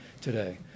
today